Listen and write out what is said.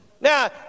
Now